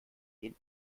den